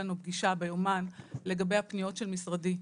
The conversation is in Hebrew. לנו פגישה ביומן לגבי הפניות של משרדי.